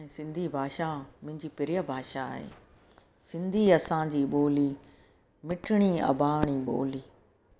ऐं सिंधी भाषा मुंहिंजी प्रिय भाषा आहे सिंधी असांजी ॿोली मिठड़ी अॿाणी ॿोली